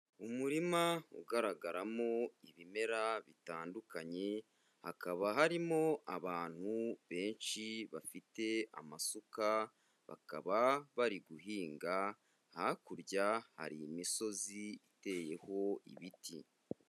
Umurima ugaragaramo ibimera bitandukanye, hakaba harimo abantu benshi bafite amasuka, bakaba bari guhinga, hakurya hari imisozi iteyeho ibiti.